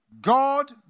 God